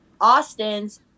austin's